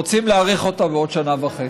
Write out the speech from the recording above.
ורוצים להאריך אותה בעוד שנה וחצי.